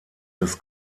des